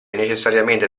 necessariamente